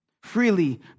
Freely